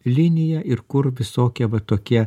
linija ir kur visokie va tokie